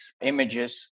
images